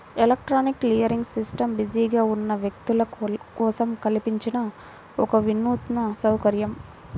electronic clearing system బిజీగా ఉన్న వ్యక్తుల కోసం కల్పించిన ఒక వినూత్న సౌకర్యం